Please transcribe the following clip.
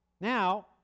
Now